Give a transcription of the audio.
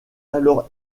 alors